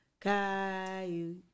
Caillou